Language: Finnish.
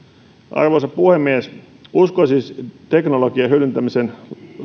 arvoisa puhemies uskon siis teknologian hyödyntämisen